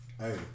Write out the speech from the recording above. Hey